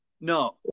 No